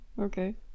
Okay